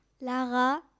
Lara